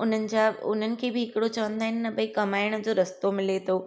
हुननि जा हुननि खे बि हिकिड़ो चवंदा आहिनि न भई कमाइण जो रस्तो मिले थो